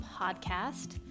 podcast